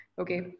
okay